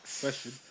question